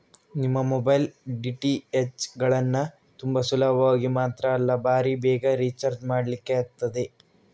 ನಿಮ್ಮ mobile, DTH ಗಳನ್ನ ತುಂಬಾ ಸುಲಭದಲ್ಲಿ ಮಾತ್ರ ಅಲ್ಲ ಭಾರೀ ಬೇಗ ರಿಚಾರ್ಜ್ ಮಾಡ್ಲಿಕ್ಕೆ ಆಗ್ತದೆ